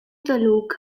taluk